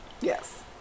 Yes